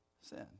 sin